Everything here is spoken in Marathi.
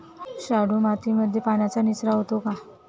शाडू मातीमध्ये पाण्याचा निचरा होतो का?